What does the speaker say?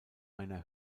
einer